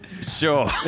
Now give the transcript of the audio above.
Sure